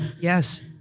Yes